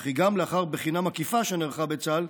וכי גם לאחר בחינה מקיפה שנערכה בצה"ל,